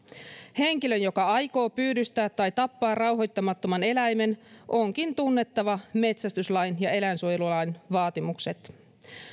henkilön joka aikoo pyydystää tai tappaa rauhoittamattoman eläimen onkin tunnettava metsästyslain ja eläinsuojelulain vaatimukset